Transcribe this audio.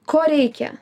ko reikia